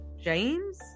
james